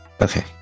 Okay